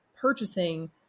purchasing